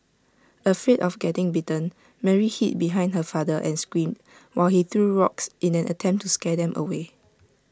afraid of getting bitten Mary hid behind her father and screamed while he threw rocks in an attempt to scare them away